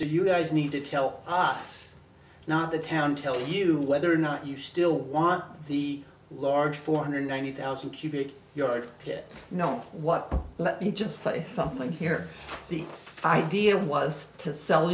so you guys need to tell us not the town tell you whether or not you still want the large four hundred ninety thousand cubic yard pit know what let me just say something here the idea was to sell